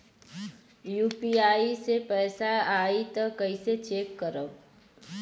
UPI से पैसा आई त कइसे चेक करब?